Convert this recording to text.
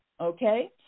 okay